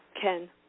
Ken